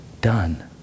done